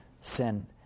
sin